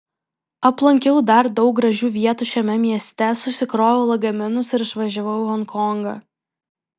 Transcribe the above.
aplankiau dar daug gražių vietų šiame mieste susikroviau lagaminus ir išvažiavau į honkongą